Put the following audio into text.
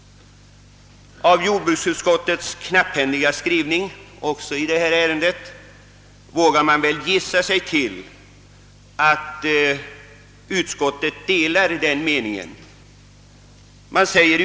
Av jordbruksutskottets knapphändiga skrivning också i detta ärende vågar man gissa sig till att utskottet har samma uppfattning.